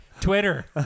Twitter